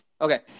Okay